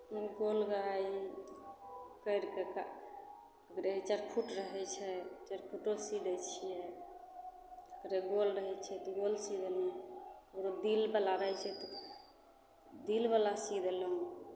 गोल रहय हइ करिके क रहय चौखूट रहय छै चौखोटू सी दै छियै गोल रहय छै तऽ गोल सी देलहुँ ककरो दिलवला रहय छै तऽ दिलवला सी देलहुँ